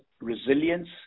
resilience